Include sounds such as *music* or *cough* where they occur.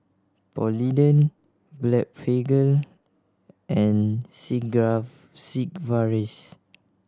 Polident Blephagel and *unintelligible* Sigvaris